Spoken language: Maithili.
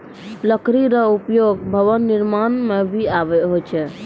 लकड़ी रो उपयोग भवन निर्माण म भी होय छै